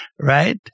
Right